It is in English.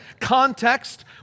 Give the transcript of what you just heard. context